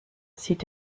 sieht